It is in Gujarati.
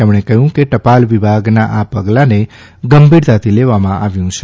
તેમણે કહ્યું કે ટપાલ વિભાગના આ પગલાને ગંભીરતાથી લેવામાં આવ્યું છે